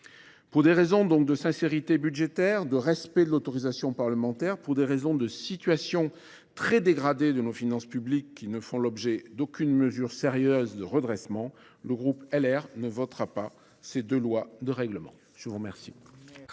Pour des raisons de sincérité budgétaire, de respect de l’autorisation parlementaire et de situation très dégradée de nos finances publiques, qui ne font l’objet d’aucune mesure sérieuse de redressement, le groupe Les Républicains ne votera pas ces deux de loi de règlement. La discussion